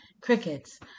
crickets